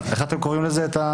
איך אתם קוראים לזה?